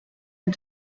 and